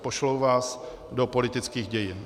Pošlou vás do politických dějin.